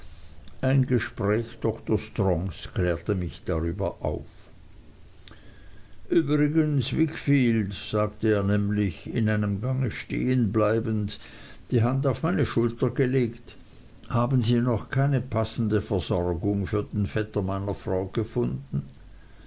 ein gespräch dr strongs klärte mich darüber auf übrigens wickfield sagte er nämlich in einem gange stehenbleibend die hand auf meine schulter gelegt haben sie noch keine passende versorgung für den vetter meiner frau gefunden